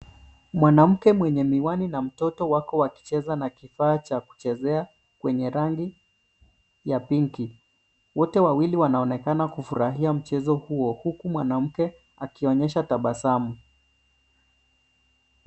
Mwanamke mwenye miwani na mtoto wako wakicheza na kifaa cha kuchezea wenye rangi ya pinki. Wote wawili wanaonekana kufurahia mchezo huo huku mwanamke akionyesha tabasamu.